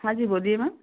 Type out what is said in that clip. हाँ जी बोलिए मैम